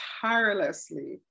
tirelessly